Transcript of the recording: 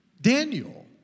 Daniel